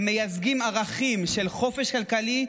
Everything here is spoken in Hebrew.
הן מייצגות ערכים של חופש כלכלי,